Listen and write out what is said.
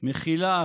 מחילה,